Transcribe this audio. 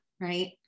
right